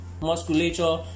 musculature